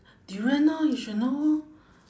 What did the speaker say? durian lor you should know